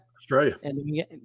Australia